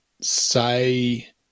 say